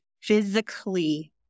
physically